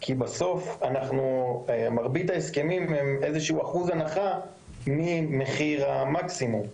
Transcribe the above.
כי בסוף מרבית ההסכמים הם איזשהו אחוז הנחה ממחיר המקסימום.